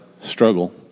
struggle